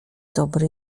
dobry